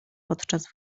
podczas